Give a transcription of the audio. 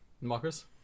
Marcus